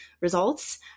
results